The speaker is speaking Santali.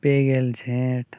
ᱯᱮ ᱜᱮᱞ ᱡᱷᱮᱸᱴ